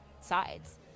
sides